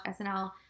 SNL